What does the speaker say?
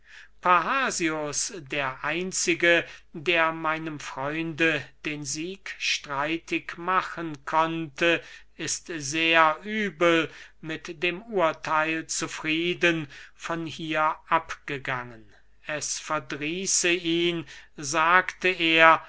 parrhasius der einzige der meinem freunde den sieg streitig machen konnte ist sehr übel mit dem urtheil zufrieden von hier abgegangen es verdrieße ihn sagte er